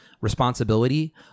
responsibility